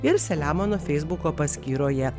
ir selemono feisbuko paskyroje